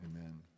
Amen